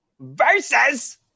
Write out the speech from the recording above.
versus